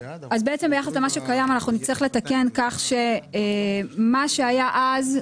אז בעצם ביחס למה שקיים אנחנו נצטרך לתקן כך שמה שהיה אז,